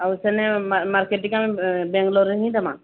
ଆଉ ସେନେଇ ମାର୍କେଟିଙ୍ଗ ବାଙ୍ଗଲୋରରେ ହିଁ ଦେବା